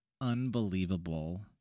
unbelievable